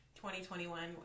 2021